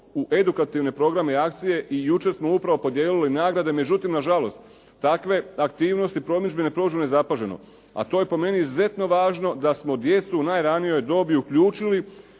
u edukativne programe i akcije i jučer smo upravo podijelili nagrade, međutim nažalost, takve aktivnosti promidžbene prođu nezapaženo, a to je po meni izuzetno važno da smo djecu u najranijoj dobi uključili